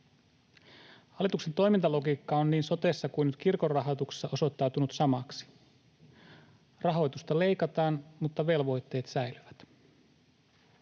Hallituksen toimintalogiikka on niin sotessa kuin nyt kirkon rahoituksessa osoittautunut samaksi: rahoitusta leikataan, mutta velvoitteet säilyvät.